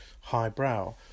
highbrow